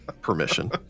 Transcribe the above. permission